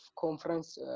conference